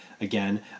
again